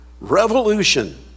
Revolution